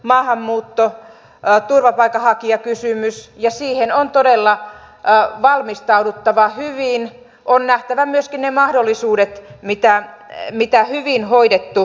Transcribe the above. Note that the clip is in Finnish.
maahanmuutto jääturvapaikanhakijakysymys ja siihen on todella valmistauduttava hyvin on nähtävä myöskin ne mahdollisuudet mikään ei niitä hyvin hoidettu